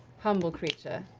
humble creature.